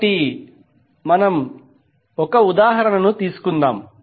కాబట్టి మనం ఒక ఉదాహరణ తీసుకుందాం